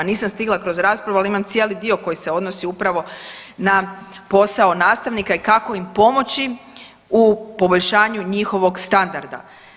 Nisam stigla kroz raspravu, ali imam cijeli dio koji se odnosi upravo na posao nastavnika i kako im pomoći u poboljšanju njihovog standarda.